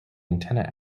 antenna